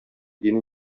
дине